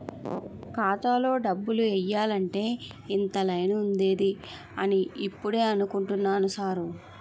ఖాతాలో డబ్బులు ఎయ్యాలంటే ఇంత లైను ఉందేటి అని ఇప్పుడే అనుకుంటున్నా సారు